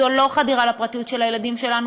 זו לא חדירה לפרטיות של הילדים שלנו,